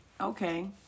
Okay